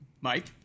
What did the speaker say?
Mike